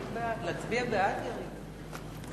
ההצעה להעביר את